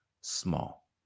small